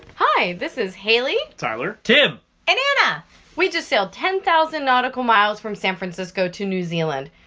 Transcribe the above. hi, this is haley tyler tim and anna we just sailed ten thousand nautical miles from san francisco to new zealand.